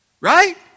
right